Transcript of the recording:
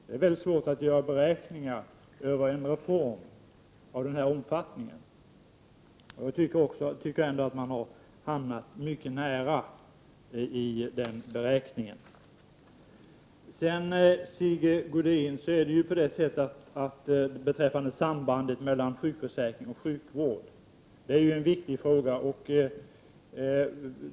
Det är mycket svårt att göra beräkningar för en reform av denna omfattning. Jag tycker ändå att man har hamnat mycket nära i beräkningen. Sambandet mellan sjukförsäkring och sjukvård är en viktig fråga, Sigge Godin.